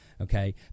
Okay